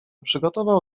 przygotował